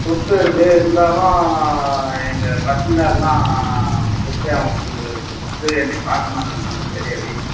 சொத்து இருக்குது இருந்தாலும் எங்கள் பசங்களெல்லாம் சொத்து அவர்களுக்கு கொடுத்து என்னைய பார்க்க மாட்டுறான்றாங்க சரியா வீட்டில்